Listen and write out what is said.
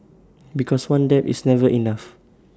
because one dab is never enough